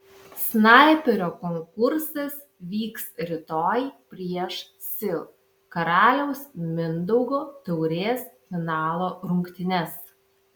snaiperio konkursas vyks rytoj prieš sil karaliaus mindaugo taurės finalo rungtynes